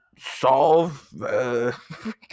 solve